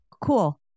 cool